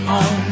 on